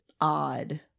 odd